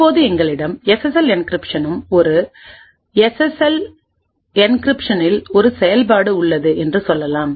இப்போது எங்களிடம் எஸ்எஸ்எல் என்கிரிப்ஷனும் ஒரு எஸ்எஸ்எல் என்கிரிப்ஷனில்ஒரு செயல்பாடும் உள்ளது என்று சொல்லலாம்